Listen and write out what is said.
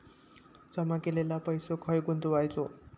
जमा केलेलो पैसो खय गुंतवायचो?